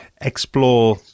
explore